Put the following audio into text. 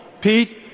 pete